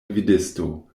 gvidisto